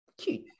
cute